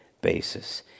basis